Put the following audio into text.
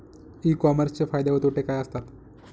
E कॉमर्सचे फायदे व तोटे काय असतात?